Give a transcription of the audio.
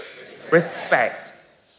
respect